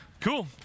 Cool